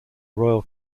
royal